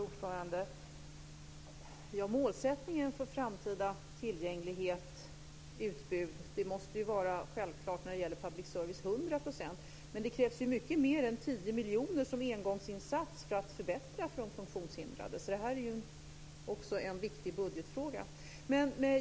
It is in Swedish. Fru talman! Målsättningen för framtida tillgänglighet och utbud måste när det gäller public service självfallet vara 100 %. Men det krävs mycket mer än 10 miljoner kronor som engångsinsats för att förbättra för de funktionshindrade. Detta är därför också en viktig budgetfråga.